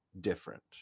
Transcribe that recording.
different